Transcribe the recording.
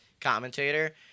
commentator –